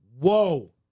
Whoa